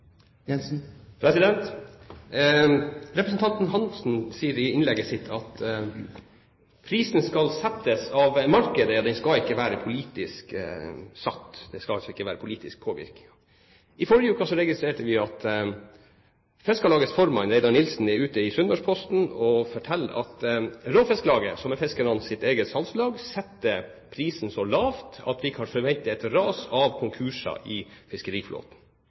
skal ikke være politisk satt – skal altså ikke være politisk påvirket. I forrige uke registrerte vi at Fiskarlagets formann, Reidar Nilsen, var ute i Sunnmørsposten og fortalte at Råfisklaget, som er fiskernes eget salgslag, setter prisen så lavt at vi kan forvente et ras av konkurser i